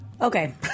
Okay